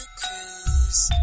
cruise